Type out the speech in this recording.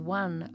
one